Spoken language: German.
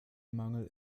mangel